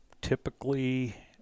typically